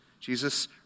Jesus